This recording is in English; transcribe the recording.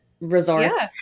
resorts